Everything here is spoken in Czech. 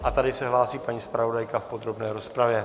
A tady se hlásí paní zpravodajka v podrobné rozpravě.